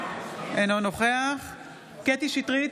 אינו נוכח קטי קטרין שטרית,